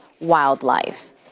wildlife